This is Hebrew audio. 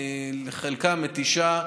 חלקה מתישה,